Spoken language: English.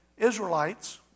Israelites